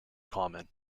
common